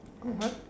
what